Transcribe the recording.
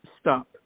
stop